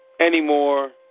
anymore